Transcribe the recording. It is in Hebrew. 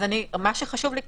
אז מה שחשוב לי,